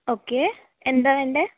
okay എന്താണ് വേണ്ടത്